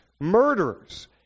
murderers